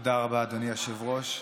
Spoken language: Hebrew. תודה רבה, אדוני היושב-ראש.